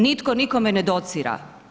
Nitko nikome ne docira.